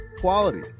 quality